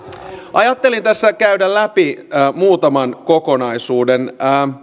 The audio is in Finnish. ajattelin tässä käydä läpi muutaman kokonaisuuden